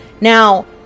Now